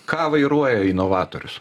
ką vairuoja inovatorius